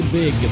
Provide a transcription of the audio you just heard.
big